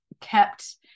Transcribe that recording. kept